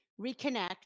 reconnect